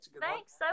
Thanks